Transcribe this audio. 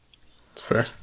fair